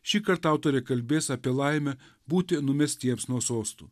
šįkart autorė kalbės apie laimę būti numestiems nuo sostų